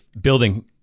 building